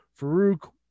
Farouk